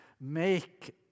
make